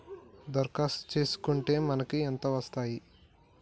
దరఖాస్తు చేస్కుంటే మనకి ఎంత వస్తాయి?